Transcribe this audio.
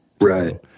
Right